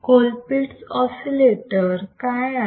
Colpitts oscillator काय आहे